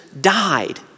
died